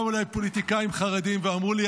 באו אליי פוליטיקאים חרדים ואמרו לי: